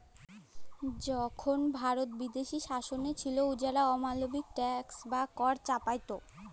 যখল ভারত বিদেশী শাসলে ছিল, উয়ারা অমালবিক ট্যাক্স বা কর চাপাইত